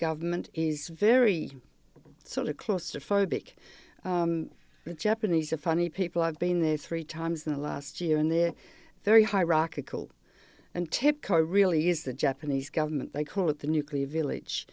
government is very sort of claustrophobic the japanese are funny people i've been there three times in the last year and they're very hierarchical and tepco really is the japanese government they call it the nuclear village